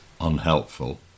unhelpful